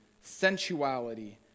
sensuality